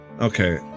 okay